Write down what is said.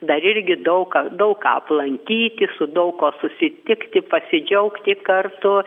dar irgi daug ką daug ką aplankyti su daug kuo susitikti pasidžiaugti kartu